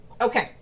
Okay